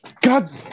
God